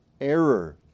error